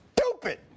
stupid